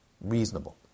reasonable